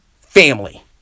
family